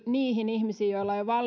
niihin ihmisiin joilla on jo